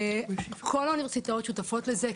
כל האוניברסיטאות שותפות לזה,